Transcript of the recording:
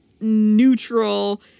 neutral